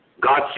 God